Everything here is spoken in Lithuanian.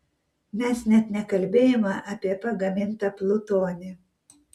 mes net nekalbėjome apie pagamintą plutonį